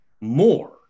more